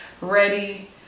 ready